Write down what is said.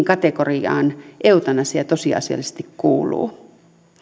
kategoriaan eutanasia tosiasiallisesti kuuluu